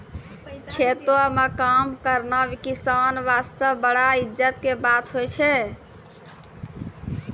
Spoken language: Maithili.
खेतों म काम करना किसान वास्तॅ बड़ा इज्जत के बात होय छै